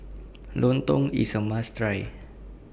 Lontong IS A must Try